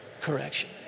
correction